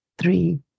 three